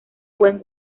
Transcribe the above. buen